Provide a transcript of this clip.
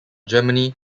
germany